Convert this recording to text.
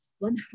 One